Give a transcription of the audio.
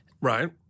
Right